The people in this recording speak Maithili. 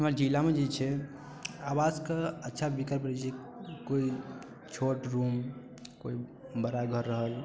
हमर जिलामे जे छै आवासक अच्छा विकल्प रहैत छै कोइ छोट रूम कोइ बड़ा घर रहल